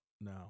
No